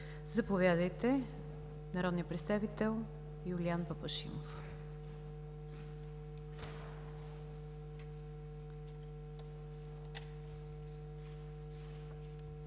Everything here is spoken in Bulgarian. Заповядайте – народният представител Юлиян Папашимов.